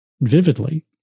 vividly